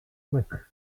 quick